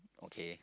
okay